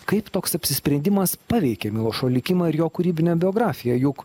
kaip toks apsisprendimas paveikė milošo likimą ir jo kūrybinę biografiją juk